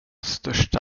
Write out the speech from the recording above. största